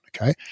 Okay